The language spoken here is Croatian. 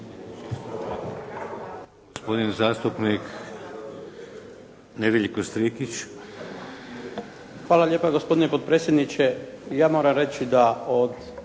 Hvala